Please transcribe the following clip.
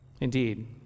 Indeed